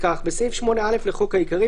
בסעיף 8(א) לחוק העיקרי,